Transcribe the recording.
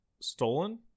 Stolen